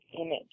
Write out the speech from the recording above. image